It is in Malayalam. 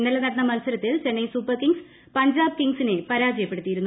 ഇന്നലെ നടന്ന മത്സരത്തിൽ ചെന്നൈ സൂപ്പർ കിംഗ്സ് പഞ്ചാബ് കിംങ്സിനെ പരാജയപ്പെടുത്തിയിരുന്നു